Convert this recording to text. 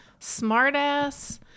smartass